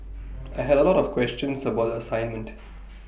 I had A lot of questions about the assignment